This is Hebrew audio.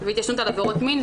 והתיישנות על עבירות מין,